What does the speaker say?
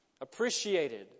appreciated